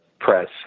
press